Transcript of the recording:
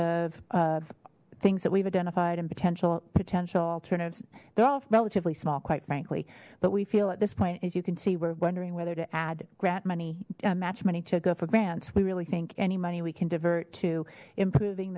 of things that we've identified and potential potential alternatives they're all relatively small quite frankly but we feel at this point as you can see we're wondering whether to add grant money match money to go for grants we really think any money we can divert to improving